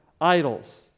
idols